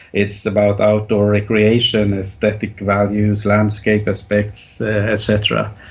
it's about outdoor recreation, aesthetic values, landscape aspects, et cetera.